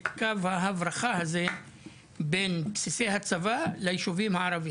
קו ההברחה הזה בין בסיסי הצבא לישובים הערביים.